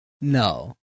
No